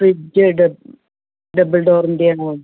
fridge ഡബ് double ഡോറിൻ്റെ